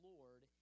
Lord